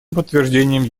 подтверждением